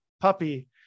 puppy